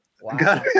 Wow